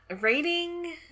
Rating